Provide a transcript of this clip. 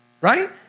Right